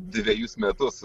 dvejus metus